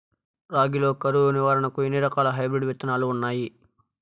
రాగి లో కరువు నివారణకు ఎన్ని రకాల హైబ్రిడ్ విత్తనాలు ఉన్నాయి